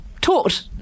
taught